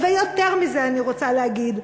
ויותר מזה אני רוצה להגיד.